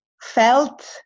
felt